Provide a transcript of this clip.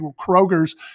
Kroger's